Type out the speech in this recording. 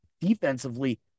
defensively